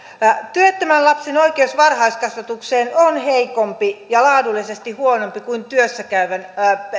työttömän lapsen oikeus varhaiskasvatukseen on heikompi ja laadullisesti huonompi kuin työssä käyvän